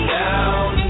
down